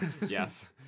yes